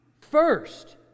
First